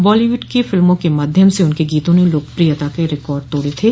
बॉलीवुड की फिल्मों के माध्यम से उनके गीतों ने लोकप्रियता के रिकार्ड तोड़े थे